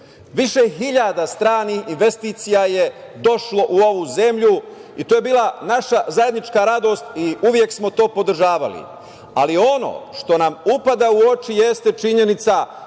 Više hiljada stranih investicija je došlo u ovu zemlju, i to je bila naša zajednička radost i uvek smo to podržavali. Ono što nam upada u oči jeste činjenica